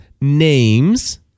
names